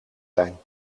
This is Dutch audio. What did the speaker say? zijn